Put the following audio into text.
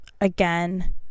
again